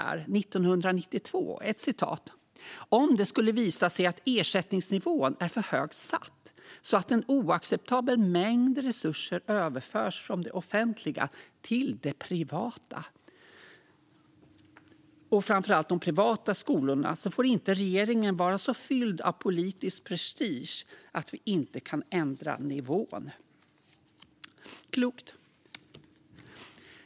Jag har ett citat från 1992: "Om det skulle visa sig att ersättningsnivån är för högt satt, så att en oacceptabel mängd resurser överförs från de offentliga till de privata skolorna så får inte regeringen vara så fylld av politisk prestige att vi inte kan ändra nivån." Klokt.